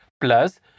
plus